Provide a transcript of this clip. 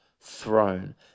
throne